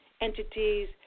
Entities